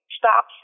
stop